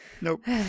Nope